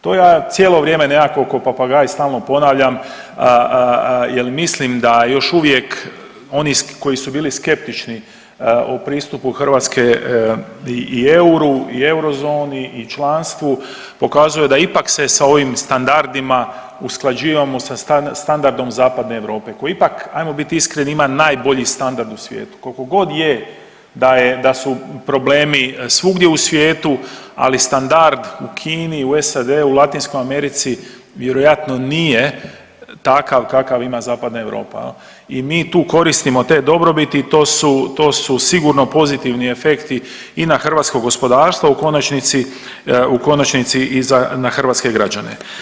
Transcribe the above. To ja cijelo vrijeme nekako k'o papagaj stalno ponavljam, jel mislim da još uvijek koji su bili skeptični o pristupu Hrvatske i euru i eurozoni i članstvu pokazuje da ipak se sa ovim standardima usklađivamo sa standardima zapadne Europe koji ipak, ajmo biti iskreni ima najbolji standard u svijetu, koliko god je da je, da su problemi svugdje u svijetu, ali standard u Kini, u SAD-u, u Latinskoj Americi vjerojatno nije takav kakav ima zapadna Europa i mi tu koristimo te dobrobiti i to su sigurno pozitivni efekti i na hrvatsko gospodarstvo, u konačnici i za, na hrvatske građane.